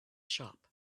shop